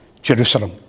Jerusalem